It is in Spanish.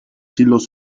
silos